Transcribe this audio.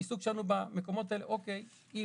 העיסוק שלנו במקומות האלה הוא אם צריך